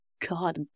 god